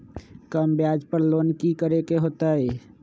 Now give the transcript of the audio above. कम ब्याज पर लोन की करे के होतई?